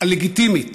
הלגיטימית